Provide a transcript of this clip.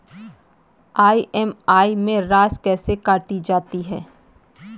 EMI में राशि कैसे काटी जाती है?